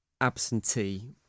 absentee